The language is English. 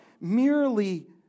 merely